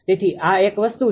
તેથી આ એક વસ્તુ છે